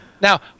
Now